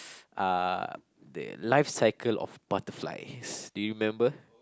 uh the life cycle of butterflies do you remember